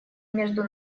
между